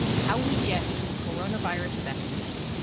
how we get to a corona virus vaccine.